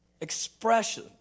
Expression